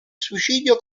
suicidio